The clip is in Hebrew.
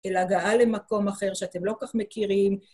אלא הגעה למקום אחר שאתם לא כך מכירים.